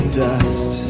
dust